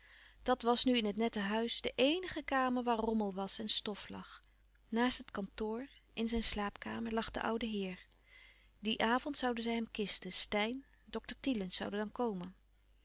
dat was nu in het nette huis de eenige kamer waar rommel was en stof lag naast het kantoor in zijn slaapkamer lag de oude heer dien avond zouden zij hem kisten steyn dokter thielens zouden dan komen